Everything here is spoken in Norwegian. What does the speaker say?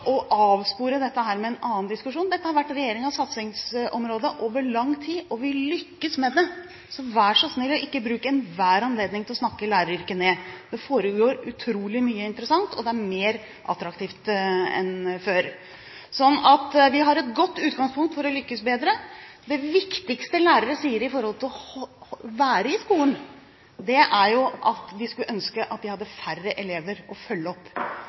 en annen diskusjon. Dette har vært regjeringens satsingsområde over lang tid, og vi lykkes med det. Vær så snill å ikke bruke enhver anledning til å snakke læreryrket ned. Det foregår utrolig mye interessant, og det er mer attraktivt enn før. Så vi har et godt utgangspunkt for å lykkes bedre. Det viktigste som lærere sier om det å være i skolen, er at de skulle ønske at de hadde færre elever å følge opp.